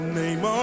name